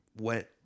went